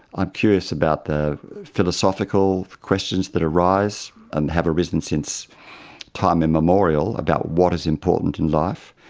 i'm curious about the philosophical questions that arise and have arisen since time immemorial about what is important in life.